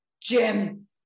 Jim